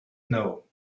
know